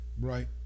Right